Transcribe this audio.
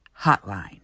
hotline